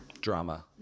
Drama